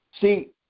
See